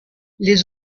les